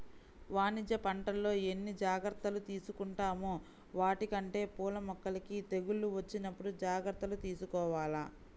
వాణిజ్య పంటల్లో ఎన్ని జాగర్తలు తీసుకుంటామో వాటికంటే పూల మొక్కలకి తెగుళ్ళు వచ్చినప్పుడు జాగర్తలు తీసుకోవాల